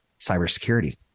cybersecurity